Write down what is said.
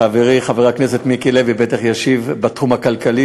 חברי חבר הכנסת מיקי לוי בטח ישיב בתחום הכלכלי,